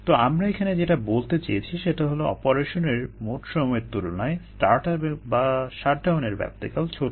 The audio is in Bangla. তো আমরা এখানে যেটা বলতে চেয়েছি সেটা হলো অপারেশনের মোট সময়ের তুলনায় স্টার্ট আপ বা শাট ডাউনের ব্যাপ্তিকাল ছোট